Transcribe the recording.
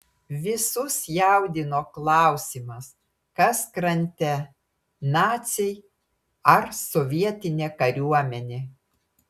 visus jaudino klausimas kas krante naciai ar sovietinė kariuomenė